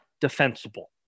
defensible